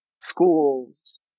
schools